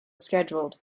scheduled